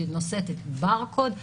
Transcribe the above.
שנושאת את הבר-קוד,